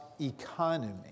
economy